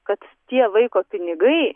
kad tie vaiko pinigai